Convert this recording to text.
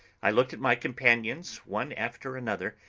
i looked at my companions, one after another,